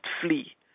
flee